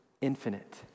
infinite